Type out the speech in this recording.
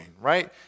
right